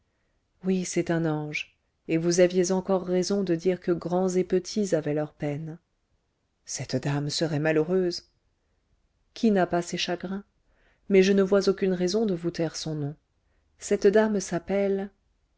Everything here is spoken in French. oui c'est un ange et vous aviez encore raison de dire que grands et petits avaient leurs peines cette dame serait malheureuse qui n'a pas ses chagrins mais je ne vois aucune raison de vous taire son nom cette dame s'appelle